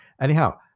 Anyhow